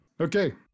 Okay